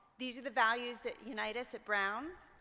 these are the values that unite us at brown.